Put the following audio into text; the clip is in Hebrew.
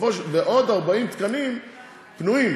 ועוד 40 תקנים פנויים.